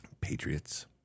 patriots